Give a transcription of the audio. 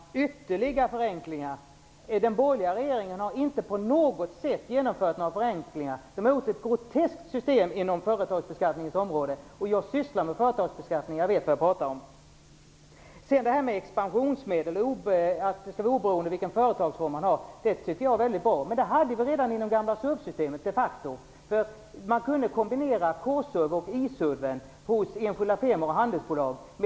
Fru talman! Carl Fredrik Graf säger: ytterligare förenklingar. Men den borgerliga regeringen har inte på något sätt genomfört några förenklingar. Den har åstadkommit ett groteskt system på företagsbeskattningens område. Jag sysslar med företagsbeskattning, så jag vet vad jag pratar om. Detta med expansionsmedel och att det inte skall vara avhängigt företagsformen tycker jag är mycket bra. Men det hade vi redan med det gamla SURV systemet. Man kunde ju kombinera K-SURV och I SURV för enskilda firmor och handelsbolag.